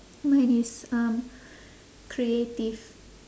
mine is um creative